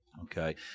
Okay